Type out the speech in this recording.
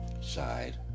side